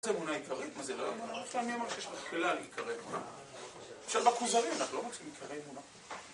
זה אמונה עיקרית, מה זה לא אמונה עיקרית? אני אמרתי שיש מכפלה על עיקרי אמונה. אפשר לבדוק בכוזרי, אנחנו לא מוצאים עיקרי אמונה.